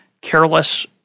careless